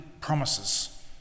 promises